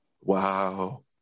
Wow